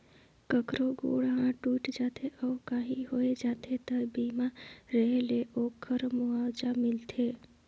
कखरो गोड़ हाथ टूट जाथे अउ काही होय जाथे त बीमा रेहे ले ओखर मुआवजा मिलथे